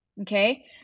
Okay